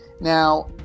Now